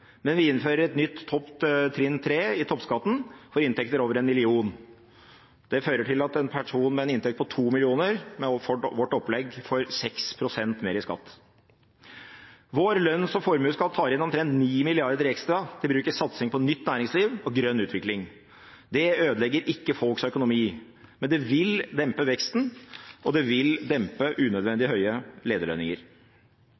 men vi innfører et nytt trinn 3 i toppskatten for inntekter over 1 mill. kr. Det fører til at en person med en inntekt på 2 mill. kr med vårt opplegg får 6 pst. mer i skatt. Vår lønns- og formuesskatt tar inn omtrent 9 mrd. kr ekstra til bruk i satsing på nytt næringsliv og grønn utvikling. Det ødelegger ikke folks økonomi, men det vil dempe veksten, og det vil dempe unødvendig